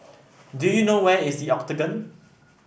do you know where is The Octagon